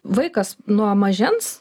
vaikas nuo mažens